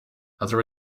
other